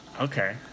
Okay